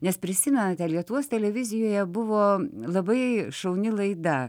nes prisimenate lietuvos televizijoje buvo labai šauni laida